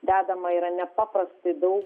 dedama yra nepaprastai daug